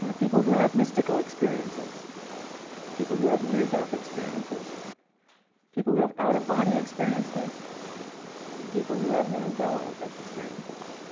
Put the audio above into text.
ah people who have mystical experiences people who have near-death experiences people who have out-of-body experiences and people who have mandela effect experiences.